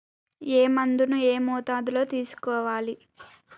ఏ మందును ఏ మోతాదులో తీసుకోవాలి?